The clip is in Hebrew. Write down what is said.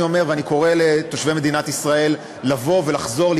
אני אומר ואני קורא לתושבי מדינת ישראל לבוא ולחזור,